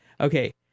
Okay